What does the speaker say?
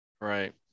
Right